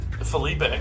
Felipe